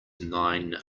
nine